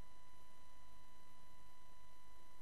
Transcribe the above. לנו, ולכם